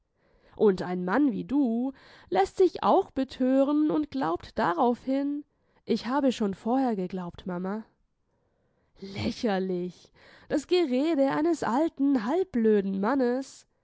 und ein mann wie du läßt sich auch bethören und glaubt daraufhin ich habe schon vorher geglaubt mama lächerlich das gerede eines alten halbblöden mannes